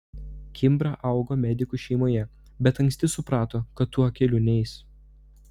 kimbra augo medikų šeimoje bet anksti suprato kad tuo keliu neis